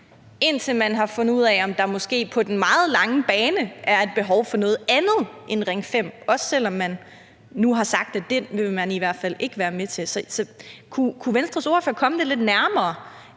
indtil man har fundet ud af, at der måske på den meget lange bane er et behov for noget andet end Ring 5, også selv om man nu har sagt, at den vil man i hvert fald ikke være med til at lave. Kunne Venstres ordfører komme det lidt nærmere?